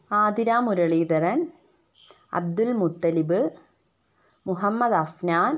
Athira Muraleedharan Abdul Muthalib Muhammad Afnan